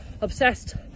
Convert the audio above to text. obsessed